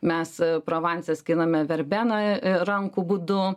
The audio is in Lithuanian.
mes provanse skiname verbeną rankų būdu